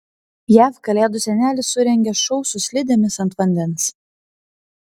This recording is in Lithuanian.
jav kalėdų senelis surengė šou su slidėmis ant vandens